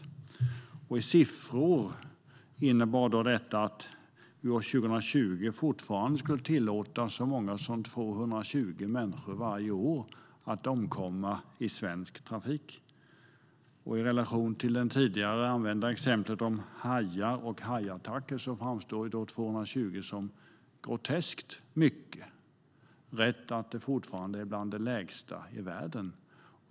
I siffror innebar detta att vi år 2020 fortfarande skulle tillåta så många som 220 människor per år att omkomma i svensk trafik. I relation till det tidigare använda exemplet om hajar och hajattacker framstår 220 människor som groteskt mycket, även om det skulle vara bland de lägsta siffrorna i världen.